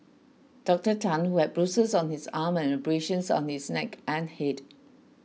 Dr Tan who had bruises on his arm and abrasions on his neck and head